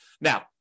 Now